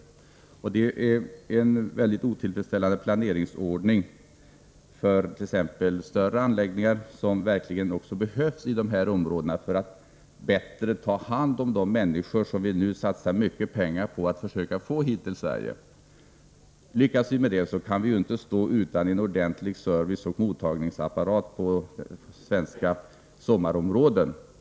Det här innebär en mycket otillfredsställande planeringsordning för exempelvis större anläggningar, som verkligen behövs i de här områdena för att vi skall kunna bättre ta hand om de människor som vi nu vill locka hit till Sverige genom de stora ekonomiska satsningar vi gör. Om vi lyckas få hit dessa människor, kan vi inte stå utan en ordentlig serviceoch mottagningsapparat i våra ”sSommarområden”.